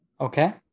Okay